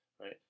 right